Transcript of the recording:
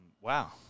wow